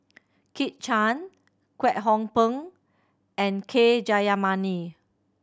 Kit Chan Kwek Hong Png and K Jayamani